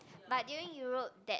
but during Europe that